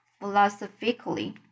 philosophically